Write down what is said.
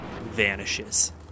vanishes